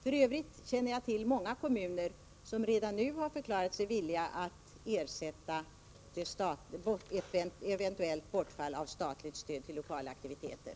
För övrigt känner jag till många kommuner som redan nu har förklarat sig villiga att ersätta ett eventuellt bortfall av statligt stöd till lokala aktiviteter.